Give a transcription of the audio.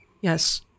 Yes